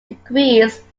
decrees